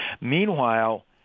Meanwhile